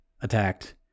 attacked